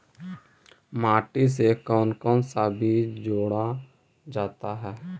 माटी से कौन कौन सा बीज जोड़ा जाता है?